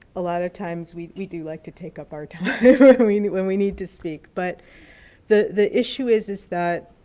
a lot of times we we do like to take up our time i mean when we need to speak, but the the issue is is that,